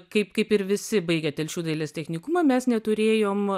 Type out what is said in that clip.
kaip kaip ir visi baigę telšių dailės technikumą mes neturėjom